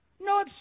No